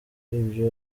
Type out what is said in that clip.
ibyo